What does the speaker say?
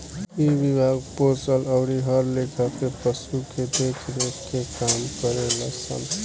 इ विभाग पोसल अउरी हर लेखा के पशु के देख रेख के काम करेलन सन